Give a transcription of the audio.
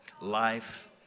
life